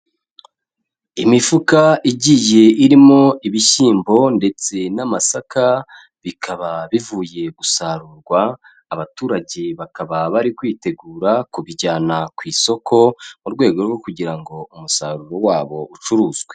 Imifuka igiye irimo ibishyimbo ndetse n'amasaka bikaba bivuye gusarurwa, abaturage bakaba bari kwitegura kubijyana ku isoko, mu rwego rwo kugira ngo umusaruro wabo ucuruzwe.